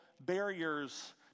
barriers